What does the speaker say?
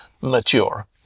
mature